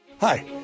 Hi